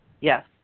Yes